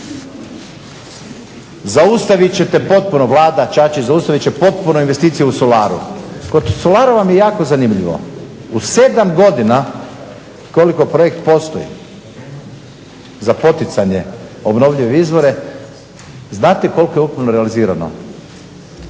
zaustavite ćete potpuno, Vlada, Čačić, zaustavit će potpuno investicije u solaru. Kod solara vam je jako zanimljivo, u 7 godina koliko projekt postoji za poticanje obnovljivih izvora znate koliko je ukupno realizirano,